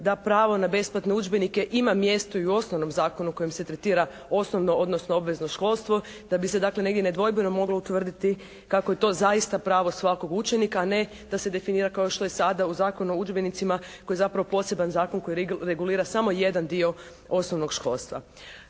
da pravo na besplatne udžbenike ima mjesto i u osnovnom zakonu kojim se tretira osnovno odnosno obvezno školstvo. Da bi se dakle negdje nedvojbeno moglo utvrditi kako je to zaista pravo svakog učenika a ne da se definira kao što je sada u Zakonu o udžbenicima koji je zapravo poseban zakon koji regulira samo jedan dio osnovnog školstva.